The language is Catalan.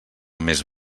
més